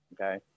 Okay